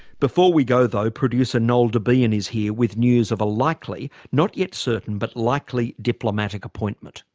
before we go, though, producer noel debien is here with news of a likely, not yet certain, but likely diplomatic appointment.